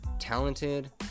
talented